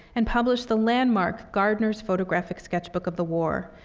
and published the landmark gardner's photographic sketch book of the war,